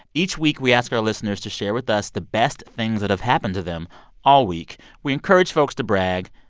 each week, we ask our listeners to share with us the best things that have happened to them all week. we encourage folks to brag.